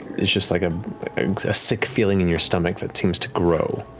it's just like a sick feeling in your stomach that seems to grow.